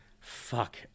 Fuck